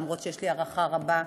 אף שיש לי הערכה רבה.